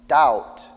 doubt